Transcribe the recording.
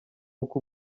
uko